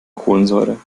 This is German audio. kohlensäure